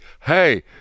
Hey